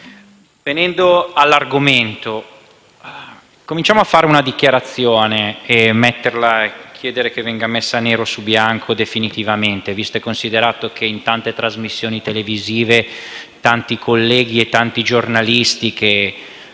Venendo all'argomento, cominciamo a fare una dichiarazione, chiedendo che venga messa nero su bianco definitivamente, visto e considerato che, in varie trasmissioni televisive tanti colleghi e giornalisti, che